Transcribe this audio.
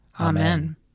Amen